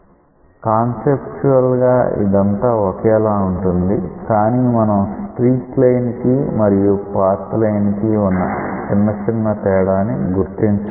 conceptual గా ఇదంతా ఒకేలా ఉంటుంది కానీ మనం స్ట్రీక్ లైన్ కి మరియు పాత్ లైన్ కి వున్న చిన్న తేడాని గుర్తించగలగాలి